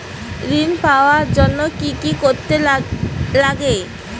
ঋণ পাওয়ার জন্য কি কি করতে লাগে?